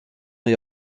est